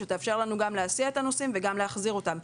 שתאפשר לנו גם להסיע את הנוסעים וגם להחזיר אותם.